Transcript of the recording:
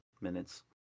minutes